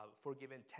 forgiven